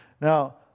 Now